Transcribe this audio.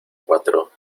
cuatro